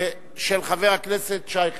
של חבר הכנסת שי חרמש.